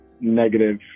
negative